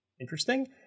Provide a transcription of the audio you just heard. interesting